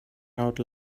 out